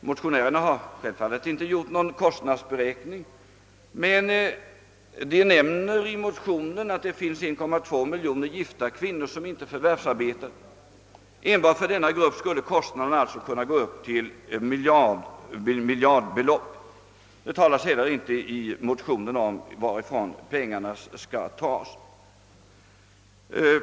Motionä rerna har självfallet inte gjort någon kostnadsberäkning, men de nämner i motionen att det finns 1,2 miljon gifta kvinnor som inte förvärvsarbetar. Enbart för denna grupp skulle kostnaden kunna uppgå till miljardbelopp. Det omtalas inte heller i motionen varifrån pengarna skulle tas.